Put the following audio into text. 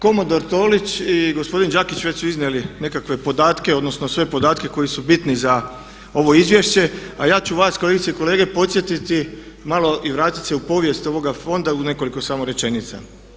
Komodor Tolić i gospodin Đakić već su iznijeli nekakve podatke odnosno sve podatke koji su bitni za ovo izvješće a ja ću vas kolegice i kolege podsjetiti malo i vratiti se u povijest ovoga fonda u nekoliko samo rečenica.